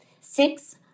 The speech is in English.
Six